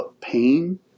pain